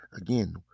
again